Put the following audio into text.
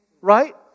Right